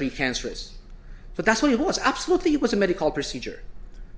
pre cancerous but that's what it was absolutely it was a medical procedure